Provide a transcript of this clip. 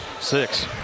Six